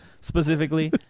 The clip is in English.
specifically